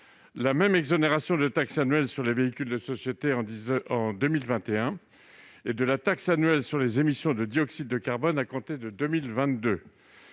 la même exonération de taxe annuelle sur les véhicules de société en 2021 et de taxe annuelle sur les émissions de dioxyde de carbone à compter de 2022